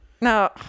No